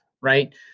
right